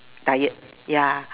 tired ya